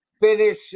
finish